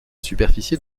superficie